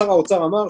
שר האוצר אמר,